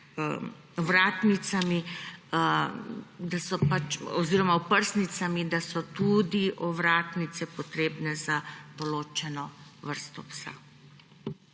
ovratnicami oziroma oprsnicami, da so tudi ovratnice potrebne za določeno vrsto psa.